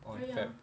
on feb